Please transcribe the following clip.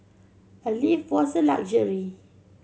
a lift was a luxury